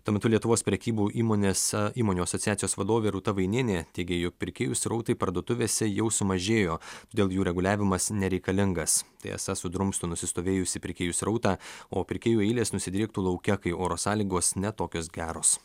tuo metu lietuvos prekybų įmonės įmonių asociacijos vadovė rūta vainienė teigė jog pirkėjų srautai parduotuvėse jau sumažėjo dėl jų reguliavimas nereikalingas tai esą sudrumstų nusistovėjusį pirkėjų srautą o pirkėjų eilės nusidriektų lauke kai oro sąlygos ne tokios geros